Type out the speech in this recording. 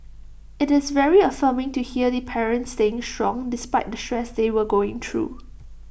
IT is very affirming to hear the parents staying strong despite the stress they were going through